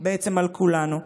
על כולנו.